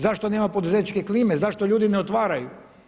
Zašto nema poduzetničke klime, zašto ljudi ne otvaraju?